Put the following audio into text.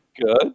Good